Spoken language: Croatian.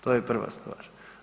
To je prva stvar.